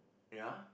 ya